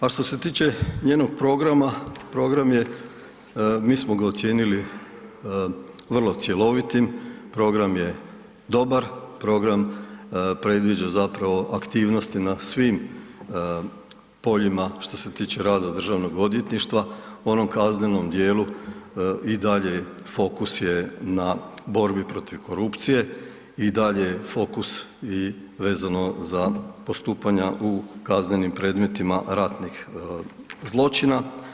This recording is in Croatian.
A što se tiče njenog programa, program je mi smo ga ocijenili vrlo cjelovitim, program je dobar, program predviđa aktivnosti na svim poljima što se tiče rada državnog odvjetništva u onom kaznenom dijelu i dalje fokus je na borbi protiv korupcije i dalje je fokus vezano za postupanja u kaznenim predmetima ratnih zločina.